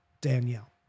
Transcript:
Danielle